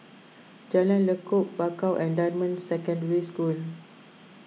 Jalan Lekub Bakau and Dunman Secondary School